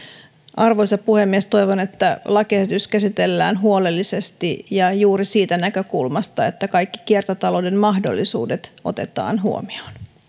arvoisa puhemies toivon että lakiesitys käsitellään huolellisesti ja juuri siitä näkökulmasta että kaikki kiertotalouden mahdollisuudet otetaan huomioon